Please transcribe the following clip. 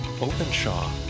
Openshaw